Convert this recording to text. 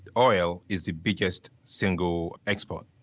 oil is the biggest, single export.